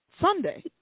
Sunday